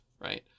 right